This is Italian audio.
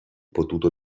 potuto